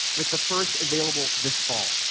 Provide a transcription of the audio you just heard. with the first available this fall.